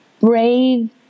brave